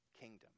kingdom